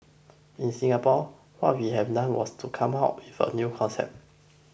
in Singapore what we have done was to come up with a concept